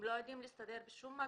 הם לא יודעים להסתדר בשום מקום,